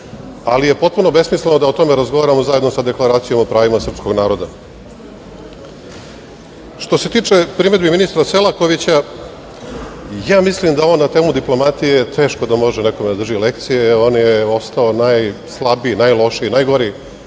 ali je potpuno besmisleno da o tome razgovaramo zajedno sa Deklaracijom o pravima srpskog naroda. Što se tiče primedbi ministra Selakovića, mislim da on na temu diplomatije teško da može da nekome drži lekcije, on je ostao najslabiji, najlošiji, najgori